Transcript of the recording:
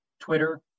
Twitter